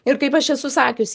ir kaip aš esu sakius